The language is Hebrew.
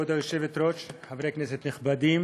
כבוד היושבת-ראש, חברי כנסת נכבדים,